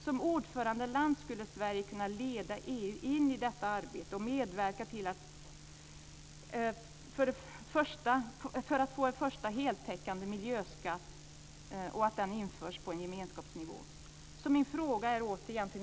Som ordförandeland skulle Sverige kunna leda EU in i detta arbete och medverka till att en första heltäckande miljöskatt införs på gemenskapsnivå.